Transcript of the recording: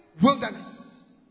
wilderness